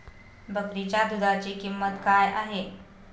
बकरीच्या दूधाची किंमत काय आहे?